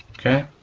okay?